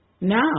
now